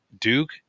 Duke